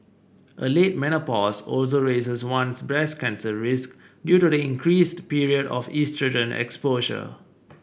a late menopause also raises one's breast cancer risk due to the increased period of oestrogen exposure